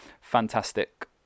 fantastic